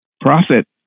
Profit